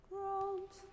Grant